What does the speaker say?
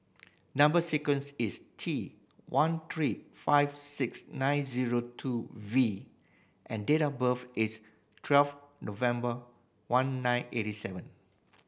number sequence is T one three five six nine zero two V and date of birth is twelve November one nine eighty seven